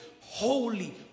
holy